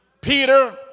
Peter